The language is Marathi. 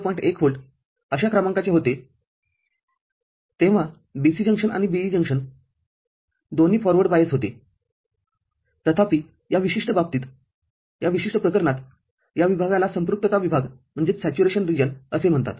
१ व्होल्ट अशा क्रमांकाचे होतेतेव्हा B C जंक्शन आणि B E जंक्शन दोन्ही फॉरवर्ड बायस होतेतथापि या विशिष्ट बाबतीतया विशिष्ट प्रकरणात या विभागाला संपृक्तता विभागअसे म्हणतात